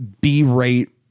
b-rate